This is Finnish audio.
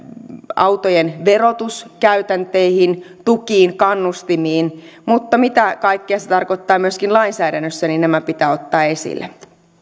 autojen verotuskäytäntöihin tukiin kannustimiin mutta mitä kaikkea se tarkoittaa myöskin lainsäädännössä nämä pitää ottaa esille